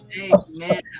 Amen